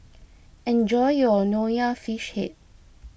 enjoy your Nonya Fish Head